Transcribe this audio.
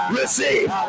receive